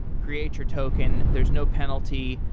creator token, there's no penalty,